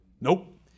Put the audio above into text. Nope